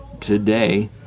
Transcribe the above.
today